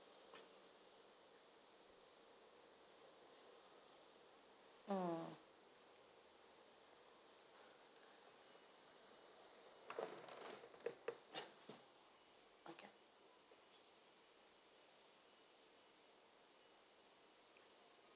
mm